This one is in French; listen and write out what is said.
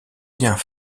liens